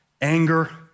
Anger